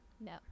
No